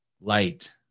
light